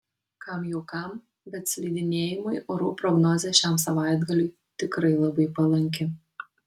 kam jau kam bet slidinėjimui orų prognozė šiam savaitgaliui tikrai labai palanki